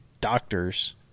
doctors